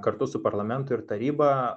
kartu su parlamentu ir taryba